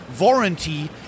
warranty